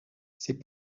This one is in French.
c’est